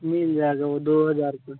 मिल जाएगा वह दो हज़ार के